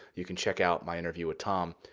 you can check out my interview with tom.